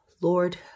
Lord